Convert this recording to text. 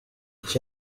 iki